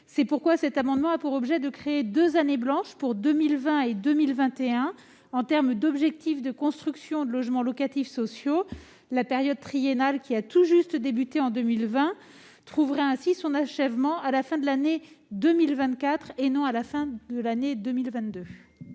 C'est pourquoi cet amendement a pour objet de créer deux « années blanches » pour 2020 et 2021 en termes d'objectifs de construction de logements locatifs sociaux. La période triennale qui a tout juste débuté en 2020 trouvera ainsi son achèvement à la fin de l'année 2024 et non à la fin de 2022.